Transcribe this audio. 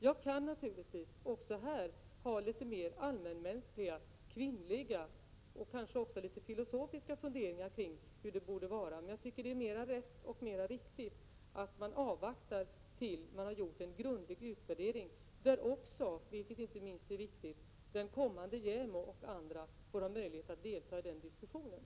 Jag kan naturligtvis också här ha mer allmänmänskliga, kvinnliga och kanske också litet filosofiska funderingar kring hur det borde vara, men jag tycker det är mera rätt och riktigt att avvakta tills det har gjorts en grundlig utvärdering, där också, vilket är inte minst viktigt, den kommande JämO och andra får möjlighet att delta i diskussionen.